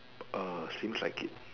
err seems like it